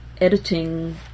Editing